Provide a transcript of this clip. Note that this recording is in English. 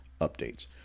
updates